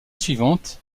suivante